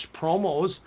promos